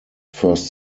first